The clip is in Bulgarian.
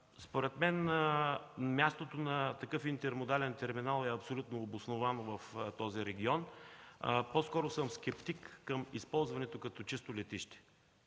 Според мен мястото на такъв интермодален терминал е абсолютно обосновано в този регион. По-скоро съм скептик към използването като чисто летище.